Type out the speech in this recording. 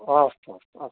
अस्तु अस्तु अस्तु